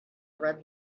red